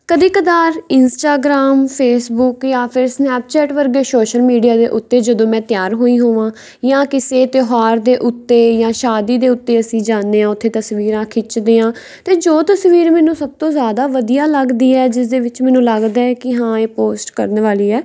ਕਦੇ ਕਦਾਰ Instagram Facebook ਜਾਂ ਫਿਰ ਸਨੈਪਚੈਟ ਵਰਗੇ ਸੋਸ਼ਲ ਮੀਡੀਆ ਦੇ ਉੱਤੇ ਜਦੋਂ ਮੈਂ ਤਿਆਰ ਹੋਈ ਹੋਵਾਂ ਜਾਂ ਕਿਸੇ ਤਿਉਹਾਰ ਦੇ ਉੱਤੇ ਜਾਂ ਸ਼ਾਦੀ ਦੇ ਉੱਤੇ ਅਸੀਂ ਜਾਂਦੇ ਹਾਂ ਉੱਥੇ ਤਸਵੀਰਾਂ ਖਿੱਚਦੇ ਹਾਂ ਅਤੇ ਜੋ ਤਸਵੀਰ ਮੈਨੂੰ ਸਭ ਤੋਂ ਜ਼ਿਆਦਾ ਵਧੀਆ ਲੱਗਦੀ ਹੈ ਜਿਸ ਦੇ ਵਿੱਚ ਮੈਨੂੰ ਲੱਗਦਾ ਹੈ ਕਿ ਹਾਂ ਇਹ ਪੋਸਟ ਕਰਨ ਵਾਲੀ ਹੈ